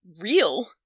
real